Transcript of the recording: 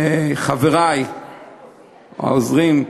לחברי העוזרים,